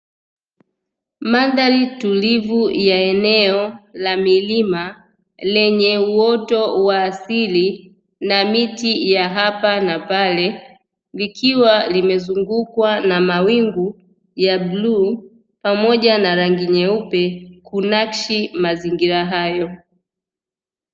Mandhari tulivu ya eneo la milima lenye uoto wa asili na miti ya hapa na pale, likiwa limezungukwa na mawingu ya bluu pamoja na rangi nyeupe kunakshi mazingira hayo.